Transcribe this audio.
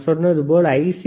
நான் சொன்னது போல் ஐ